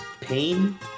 pain